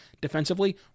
defensively